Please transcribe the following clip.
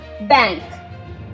bank